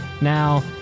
Now